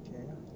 K ah